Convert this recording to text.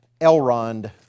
Elrond